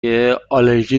آلرژی